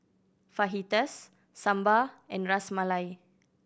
Fajitas Sambar and Ras Malai